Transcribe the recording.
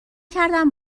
کردم